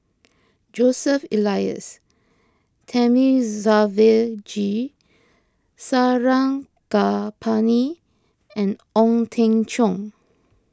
Joseph Elias Thamizhavel G Sarangapani and Ong Teng Cheong